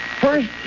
first